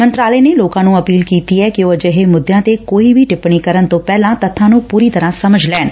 ਮੰਤਰਾਲੇ ਨੇ ਲੋਕਾਂ ਨੂੰ ਅਪੀਲ ਕੀਤੀ ਕਿ ਉਹ ਅਜਿਹੇ ਮੁੱਦਿਆਂ ਤੇ ਕੋਈ ਵੀ ਟਿੱਪਣੀ ਕਰਨ ਤੋਂ ਪਹਿਲਾਂ ਤੱਬਾਂ ਨੂੰ ਪੁਰੀ ਤਰੁਾਂ ਸਮਝ ਲੈਣ